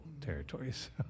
territories